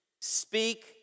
Speak